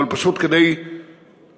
פשוט כדי לצייר,